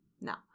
Now